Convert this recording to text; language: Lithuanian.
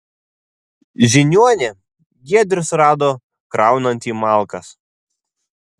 žiniuonį giedrius rado kraunantį malkas